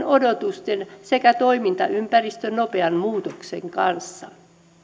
odotusten sekä toimintaympäristön nopean muutoksen kanssa